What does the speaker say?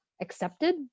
accepted